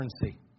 currency